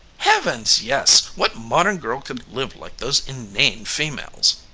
heavens, yes! what modern girl could live like those inane females?